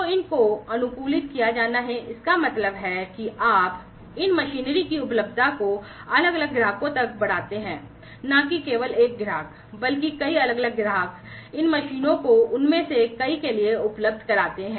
तो इनको अनुकूलित किया जाना है इसका मतलब है कि आप इन मशीनरी की उपलब्धता को अलग अलग ग्राहकों तक बढ़ाते हैं न कि केवल एक ग्राहक बल्कि कई अलग अलग ग्राहक इन मशीनों को उनमें से कई के लिए उपलब्ध कराते हैं